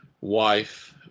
wife